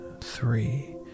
three